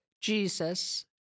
Jesus